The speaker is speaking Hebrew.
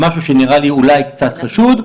משהו שנראה לי אולי קצת חשוד,